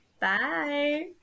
Bye